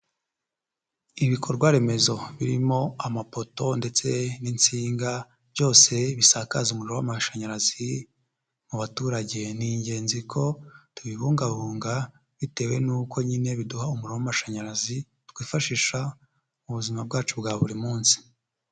Ibikorwaremezo birimo amapoto ndetse n'insinga, byose bisakaza umuriro w'amashanyarazi mu baturage, ni ingenzi ko tubibungabunga bitewe n'uko nyine biduha umuriro w'amashanyarazi, twifashisha mu buzima bwacu bwa buri munsi.